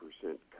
percent